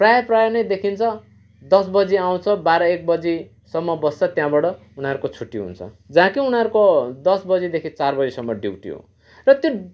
प्रायः प्रायः नै देखिन्छ दस बजी आउँछ बाह्र एक बजीसम्म बस्छ त्यहाँबाट उनीहरूको छुट्टी हुन्छ जहाँ कि उनारको दस बजीदेखि चार बजीसम्म ड्युटी हो र त्यो